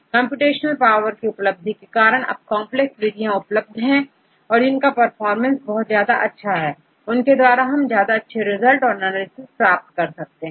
computational power की उपलब्धि के साथ ही कांप्लेक्स विधि विकसित हुई जिनका परफॉर्मेंस ज्यादा अच्छा था और उनके द्वारा ज्यादा अच्छे रिजल्ट और एनालिसिस होता है